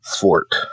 fort